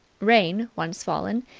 rain, once fallen,